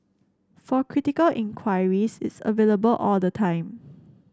for critical inquiries it's available all the time